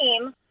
team